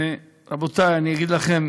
רבותי, אני אגיד לכם